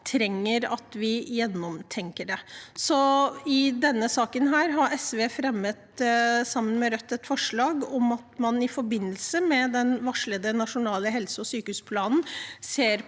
trenger at vi tenker gjennom det. I denne saken har SV, sammen med Rødt, fremmet et forslag om at man i forbindelse med den varslede nasjonale helse- og sykehusplanen kommer